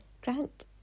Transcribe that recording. Grant